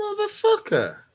Motherfucker